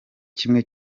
kimwe